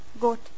Goat